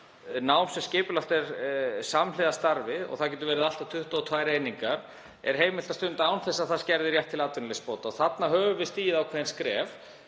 Nám sem skipulagt er samhliða starfi, og það geta verið allt að 22 einingar, er heimilt að stunda án þess að það skerði rétt til atvinnuleysisbóta. Þarna höfum við stigið ákveðin skref